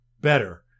better